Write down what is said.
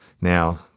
Now